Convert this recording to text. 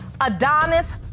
Adonis